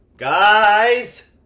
Guys